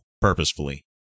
purposefully